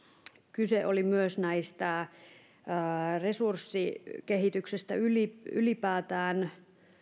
kyse oli myös resurssikehityksestä ylipäätään